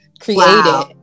created